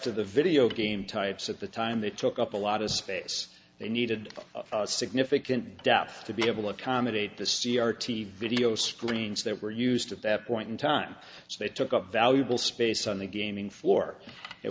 to the video game types at the time they took up a lot of space they needed significant depth to be able to accommodate the c r t video screens that were used at that point in time so they took up valuable space on the gaming floor it